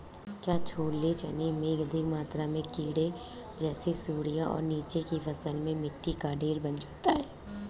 क्या छोले चने में अधिक मात्रा में कीट जैसी सुड़ियां और नीचे की फसल में मिट्टी का ढेर बन जाता है?